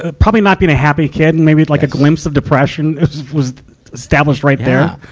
ah probably not being a happy kid and maybe, like, a glimpse of depression. it was established right there. yeah!